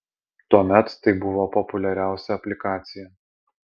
tuomet tai buvo populiariausia aplikacija